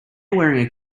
wearing